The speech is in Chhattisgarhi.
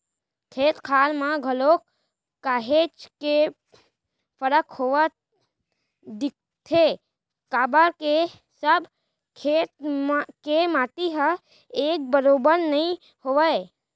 खेत खार म घलोक काहेच के फरक होवत दिखथे काबर के सब खेत के माटी ह एक बरोबर नइ होवय